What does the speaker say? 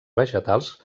vegetals